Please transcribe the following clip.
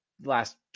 last